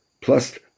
plus